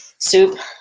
soup,